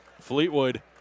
Fleetwood